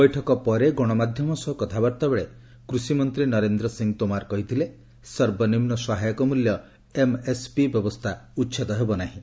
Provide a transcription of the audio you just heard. ବୈଠକ ପରେ ଗଣମାଧ୍ୟମ ସହ କଥାବାର୍ତ୍ତାବେଳେ କୁଷିମନ୍ତ୍ରୀ ନରେନ୍ଦ୍ର ସିଂହ ତୋମାର୍ କହିଥିଲେ ସର୍ବନିମ୍ବ ସହାୟକ ମୂଲ୍ୟ ଏମ୍ଏସ୍ପି ବ୍ୟବସ୍ଥା ଉଚ୍ଚେଦ ହେବ ନାହିଁ